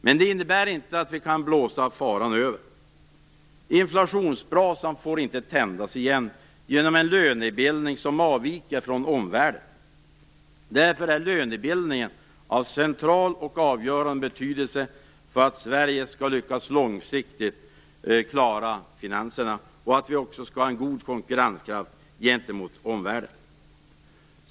Men det innebär inte att vi kan blåsa faran över. Inflationsbrasan får inte tändas igen genom en lönebildning som avviker från omvärldens. Därför är lönebildningen av central och avgörande betydelse för att Sverige skall lyckas att långsiktigt klara finanserna och för att vi också skall ha en god konkurrenskraft gentemot omvärlden.